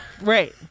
Right